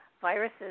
viruses